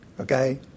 okay